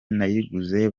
nayiguze